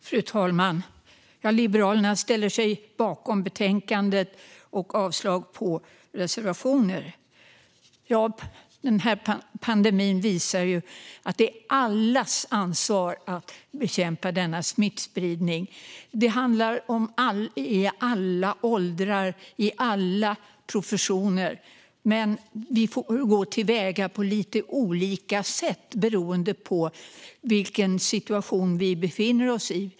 Fru talman! Liberalerna ställer sig bakom betänkandet och yrkar avslag på reservationer. Den här pandemin visar att det är allas ansvar att bekämpa denna smittspridning. Det handlar om människor i alla åldrar och i alla professioner. Men vi får gå till väga på lite olika sätt beroende på vilken situation vi befinner oss i.